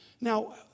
Now